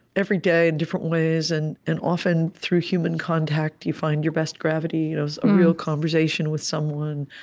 every day in different ways. and and often, through human contact, you find your best gravity. you know so a real conversation with someone,